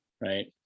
right